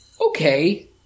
okay